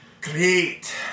Great